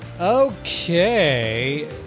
Okay